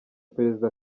perezida